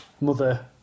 mother